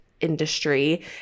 industry